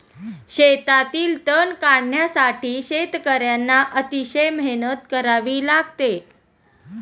शेतातील तण काढण्यासाठी शेतकर्यांना अतिशय मेहनत करावी लागते